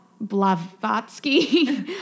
Blavatsky